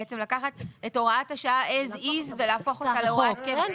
בעצם לקחת את הוראת השעה כמות שהיא ולהפוך אותה להוראת קבע?